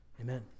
amen